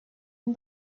and